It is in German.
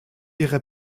ihre